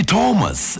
Thomas